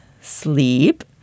Sleep